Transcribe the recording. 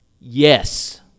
yes